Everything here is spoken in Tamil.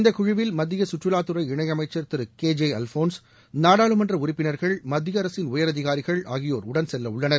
இந்த குழுவில் மத்திய கற்றுவாத்துறை இணையமைச்சர் திரு கே ஜே அல்ஃபோன்ஸ் நாடாளுமன்ற உறுப்பினர்கள் மத்திய அரசின் உயர் அதிகாரிகள் ஆகியோர் உடன் செல்லவுள்ளனர்